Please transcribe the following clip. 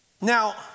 Now